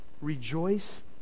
Rejoice